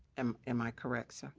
am am i correct, sir?